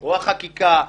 או לחקיקה,